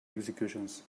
executions